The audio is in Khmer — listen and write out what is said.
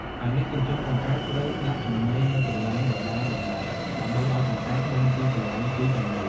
ហើយអ្នកចិញ្ចឹមកង្កែបត្រូវដាក់ចំណីនៅកន្លែងដដែលៗ ដើម្បីឲ្យកង្កែបដឹងពីកន្លែងស៊ីចំណី។